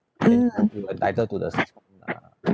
you entitle to the uh